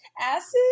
acid